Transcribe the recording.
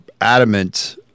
adamant